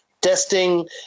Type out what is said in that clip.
testing